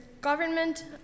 government